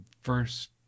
first